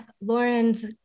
Lauren's